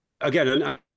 again